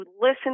listen